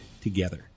together